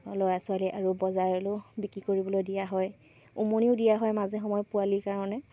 ল'ৰা ছোৱালীয়ে আৰু বজাৰলৈও বিক্ৰী কৰিবলৈ দিয়া হয় উমনিও দিয়া হয় মাজে সময়ে পোৱালিৰ কাৰণে